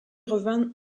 revint